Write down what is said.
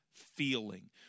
Feeling